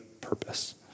purpose